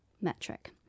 metric